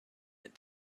and